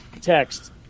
text